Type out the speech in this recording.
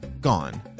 gone